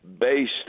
based